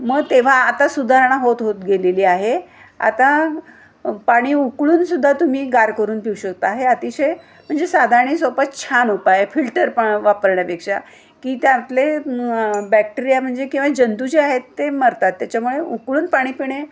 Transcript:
मग तेव्हा आता सुधारणा होत होत गेलेली आहे आता पाणी उकळून सुद्धा तुम्ही गार करून पिऊ शकता हे अतिशय म्हणजे साधा आणि सोपा छान उपाय आहे फिल्टर प वापरण्यापेक्षा की त्यातले बॅक्टेरिया म्हणजे किंवा जंतू जे आहेत ते मरतात त्याच्यामुळे उकळून पाणी पिणे